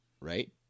Right